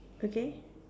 okay